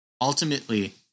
ultimately